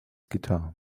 guitar